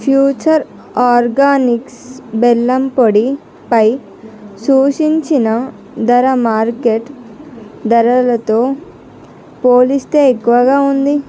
future organics బెల్లం పొడిపై సూచించిన ధర మార్కెట్ ధరలతో పోలిస్తే ఎక్కువగా ఉంది